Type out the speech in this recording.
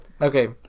Okay